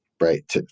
right